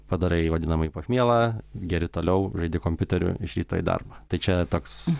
padarai vadinamąjį pachmielą geri toliau žaidi kompiuteriu iš ryto į darbą tai čia toks